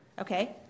Okay